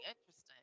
interesting